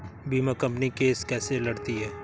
बीमा company case कैसे लड़ती है?